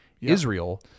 Israel